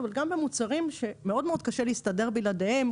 אבל גם במוצרים שמאוד מאוד קשה להסתדר בלעדיהם,